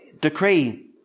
decree